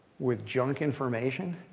with junk information?